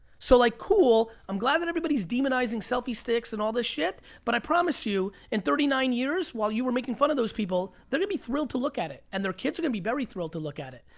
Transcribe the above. so, like cool, i'm glad that everybody's demonizing selfie sticks and all this shit. but i promise you in thirty nine years while you were making fun of those people, they're gonna be thrilled to look at it. and their kids are gonna be very thrilled to look at it.